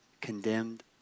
condemned